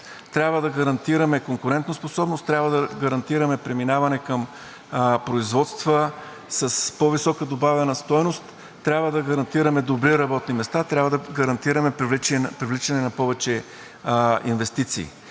трябва да гарантираме конкурентоспособност, трябва да гарантираме преминаване към производства с по-висока добавена стойност, трябва да гарантираме добри работни места, трябва да гарантираме привличане на повече инвестиции.